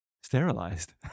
Sterilized